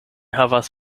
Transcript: havas